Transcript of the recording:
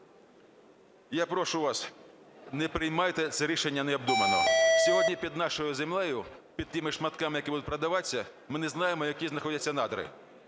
я прошу вас: не приймайте це рішення необдумано. Сьогодні під нашою землею, під тими шматками, які будуть продаватись, ми не знаємо, які знаходяться надра.